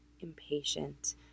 impatient